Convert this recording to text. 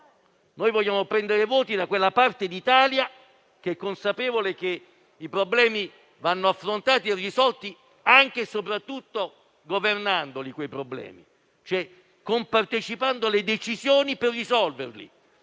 Noi vogliamo prendere voti da quella parte d'Italia che è consapevole che i problemi devono essere affrontati e risolti anche e soprattutto governandoli, compartecipando alle decisioni. In questo